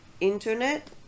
internet